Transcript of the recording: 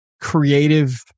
creative